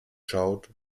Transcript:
schaut